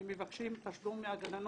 הם מבקשים תשלום מהסייעות.